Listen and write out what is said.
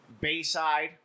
Bayside